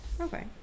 Okay